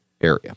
area